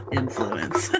influence